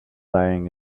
lying